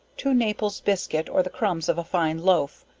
two naples biscuit or the crumbs of a fine loaf,